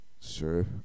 sure